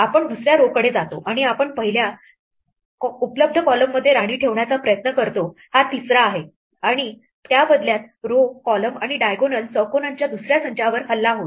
आपण दुसऱ्या row कडे जातो आणि आपण पहिल्या उपलब्ध कॉलम मध्ये राणी ठेवण्याचा प्रयत्न करतो हा तिसरा आहे आणि या बदल्यात row column आणि diagonal चौकोनांच्या दुसऱ्या संचावर हल्ला होईल